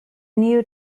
new